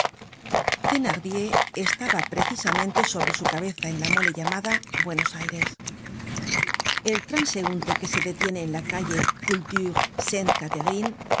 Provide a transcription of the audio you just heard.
generated at thenardier estaba precisamente sobre su cabeza en la mole llamada buenos aires el transeunte que se detiene en la calle